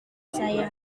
saya